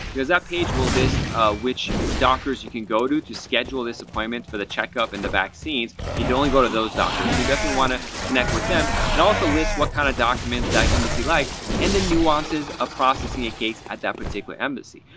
because that page will list which doctors you can go to to schedule this appointment. for the checkup and the vaccines, you can only go to those doctors. so you definitely want to connect with them and also list what kind of documents that the embassy likes and the nuances of ah processing a case at that particular embassy.